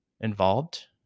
involved